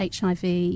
HIV